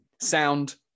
Sound